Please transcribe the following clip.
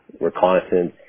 reconnaissance